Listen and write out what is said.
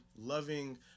loving